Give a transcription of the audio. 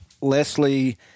Leslie